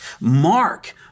Mark